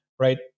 right